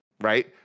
right